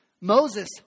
Moses